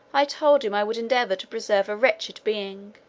i told him i would endeavour to preserve a wretched being